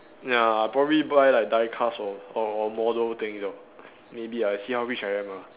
ya I'll probably buy like die-cast or or model things or maybe I see how rich I am ah